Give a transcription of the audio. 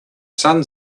sun